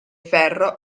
ferro